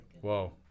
Whoa